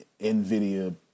NVIDIA